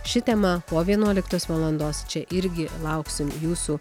ši tema po vienuoliktos valandos čia irgi lauksim jūsų